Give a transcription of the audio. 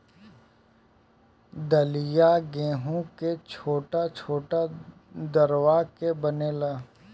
दलिया गेंहू के छोट छोट दरवा के बनेला